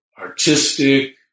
artistic